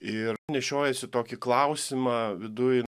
ir nešiojasi tokį klausimą viduj